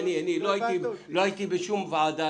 לא הייתי בשום ועדה,